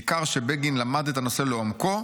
ניכר שבגין למד את הנושא לעומקו,